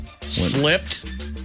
Slipped